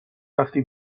وقتی